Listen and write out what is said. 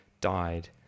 died